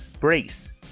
Brace